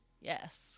yes